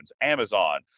Amazon